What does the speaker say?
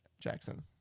Jackson